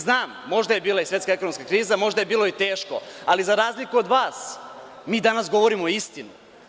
Znam, možda je bila i svetska ekonomska kriza, možda je bilo iteško, ali, za razliku od vas, mi danas govorimo istinu.